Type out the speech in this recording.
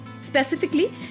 specifically